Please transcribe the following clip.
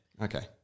Okay